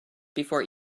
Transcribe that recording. before